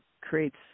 creates